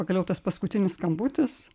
pagaliau tas paskutinis skambutis